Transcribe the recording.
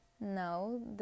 No